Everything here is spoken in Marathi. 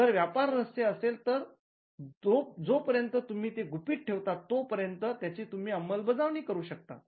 जर व्यापार रहस्य असेल तर जोपर्यंत तुम्ही ते गुपित ठेवतात तो पर्यंत त्याची तुम्ही अंमलबजावणी करू शकतात